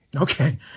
Okay